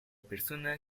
persona